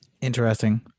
Interesting